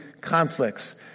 conflicts